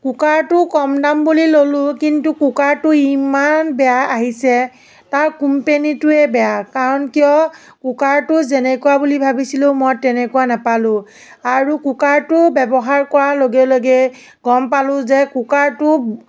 কুকাৰটো কম দাম বুলি ল'লো কিন্তু কুকাৰটো ইমান বেয়া আহিছে তাৰ কোম্পেনিটোৱে বেয়া কাৰণ কিয় কুকাৰটো যেনেকুৱা বুলি ভাবিছিলোঁ মই তেনেকুৱা নেপালোঁ আৰু কুকাৰটো ব্যৱহাৰ কৰাৰ লগে লগে গম পালোঁ যে কুকাৰটো